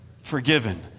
forgiven